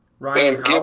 Ryan